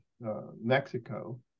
Mexico